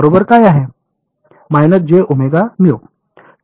तर बरोबर काय आहे